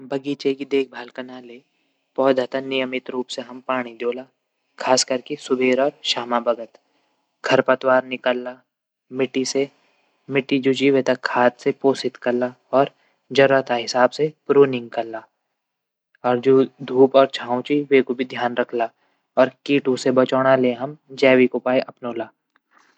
बगीचे देखभाल कना ले पौधा तै नियमित रूप से हम पाणी दियोला खासकर कि सुबेर और श्यामा बगत। खरपतवार निकवला। मिट्टी जू वे थे खाद से पोषित कला। और जरूरत हिसाब से प्रोनिंग करला। अर जू धूप और छांव च वेकू भी ध्यान रखला। और कीटू से बचाणो ले जैविक उपाय अपनौला।